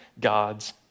God's